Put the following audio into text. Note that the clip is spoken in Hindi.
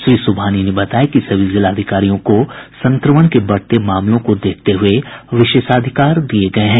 श्री सुबहानी ने बताया कि सभी जिलाधिकारियों को संक्रमण के बढ़ते मामलों को देखते हुये विशेषाधिकार दिये गये हैं